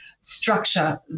structure